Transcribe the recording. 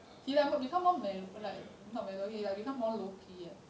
he like become more mellow like not mellow like he become more low key eh